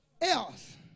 else